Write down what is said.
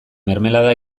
mermelada